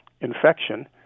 infection